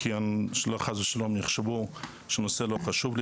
שלא יחשבו שהנושא לא חשוב לי.